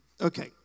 okay